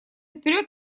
вперед